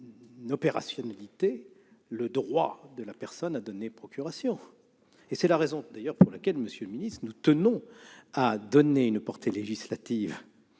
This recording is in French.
opérationnalité le droit de la personne à donner procuration. C'est la raison pour laquelle, monsieur le secrétaire d'État, nous tenons à donner une portée législative